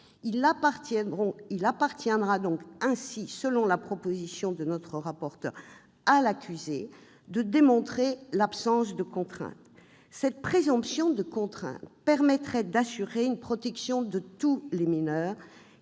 Il appartiendrait donc, selon la proposition de notre rapporteur, à l'accusé de démontrer l'absence de contrainte. Cette présomption de contrainte permettrait d'assurer la protection de tous les mineurs,